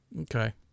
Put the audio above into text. Okay